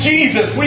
Jesus